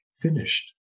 finished